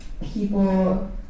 people